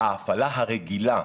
התדירות הרגילה,